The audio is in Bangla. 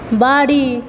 বাড়ি